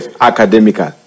academically